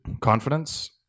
confidence